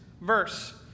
verse